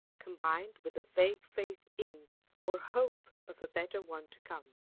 combined with a vague faith in or hope of a better one to come.